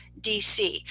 DC